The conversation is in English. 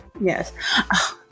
Yes